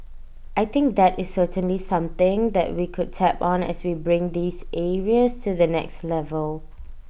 I think that is certainly something that we could tap on as we bring these areas to the next level